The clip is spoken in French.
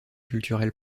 culturelle